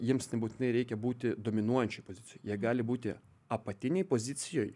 jiems nebūtinai reikia būti dominuojančioj pozicijoj jie gali būti apatinėj pozicijoj